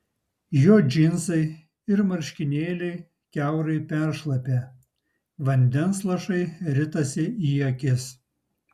jo džinsai ir marškinėliai kiaurai peršlapę vandens lašai ritasi į akis